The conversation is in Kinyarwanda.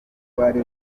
bari